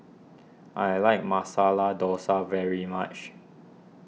I like Masala Dosa very much